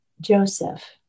Joseph